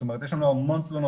זאת אומרת יש לנו המון תלונות,